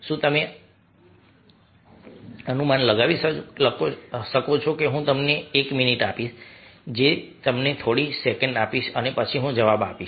શું તમે અનુમાન લગાવી શકો છો હું તમને એક મિનિટ આપીશ હું તમને થોડી સેકંડ આપીશ અને પછી હું જવાબ આપીશ